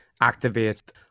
activate